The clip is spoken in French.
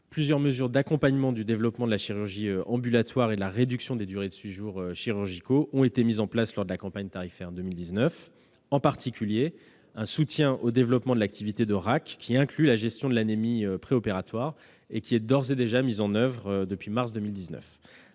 plusieurs mesures d'accompagnement du développement de la chirurgie ambulatoire et de la réduction des durées de séjours chirurgicaux ont été mises en place lors de la campagne tarifaire 2019. En particulier, un soutien au développement de l'activité de RAAC, qui inclut la gestion de l'anémie préopératoire, est d'ores et déjà mis en oeuvre depuis mars 2019.